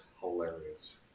hilarious